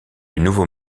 nouveau